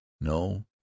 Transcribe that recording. no